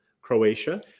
Croatia